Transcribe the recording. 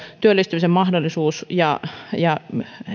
työllistymisen mahdollisuus ja ja